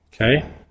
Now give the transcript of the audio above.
Okay